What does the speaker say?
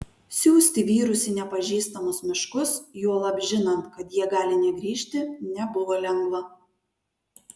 siųsti vyrus į nepažįstamus miškus juolab žinant kad jie gali negrįžti nebuvo lengva